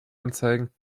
anzeigen